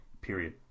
Period